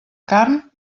carn